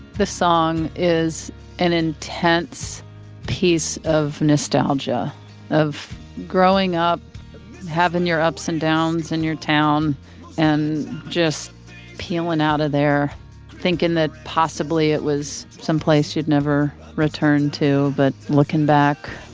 the song is an intense piece of nostalgia of growing up and having your ups and downs in your town and just peeling out of there thinking that possibly it was some place you'd never return to. but looking back,